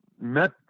met